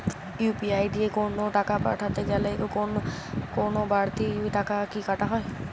UPI দিয়ে কোন টাকা পাঠাতে গেলে কোন বারতি টাকা কি কাটা হয়?